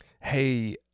hey